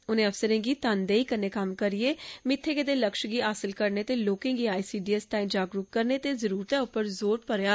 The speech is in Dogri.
उनें अफसरें गी तनदेई कन्नै कम्म करियै मित्थे गेदे लक्ष्य गी हासल करने ते लोकें गी आईसीडीएस ताईं जागरूक करने ते जरूरतें उप्पर जोर मरेया